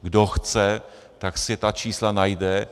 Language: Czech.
Kdo chce, tak si ta čísla najde.